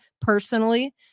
personally